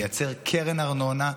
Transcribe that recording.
לייצר קרן ארנונה,